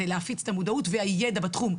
זה להפיץ את המודעות והידע בתחום,